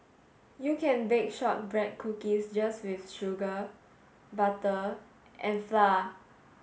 you can bake shortbread cookies just with sugar butter and flour